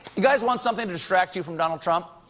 you guys want something to distract you from donald trump?